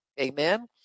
Amen